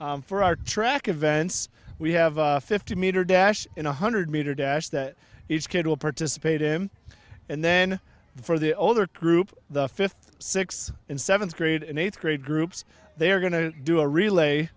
for our track events we have fifty meter dash in a hundred meter dash that each kid will participate him and then for the other group the fifth six in seventh grade in eighth grade groups they are going to do a relay